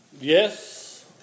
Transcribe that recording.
yes